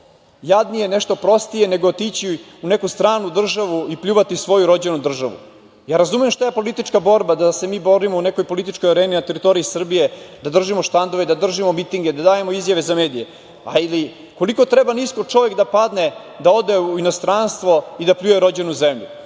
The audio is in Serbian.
jadnije, nešto prostije nego otići u neku stranu državu i pljuvati svoju rođenu državu? Razumem ja šta je politička borba, da se mi borimo u nekoj političkoj areni na teritoriji Srbije, da držimo štandove, da držimo mitinge, da dajemo izjave za mediji, ali koliko treba nisko čovek da padne da ode u inostranstvo i da pljuje rođenu zemlju?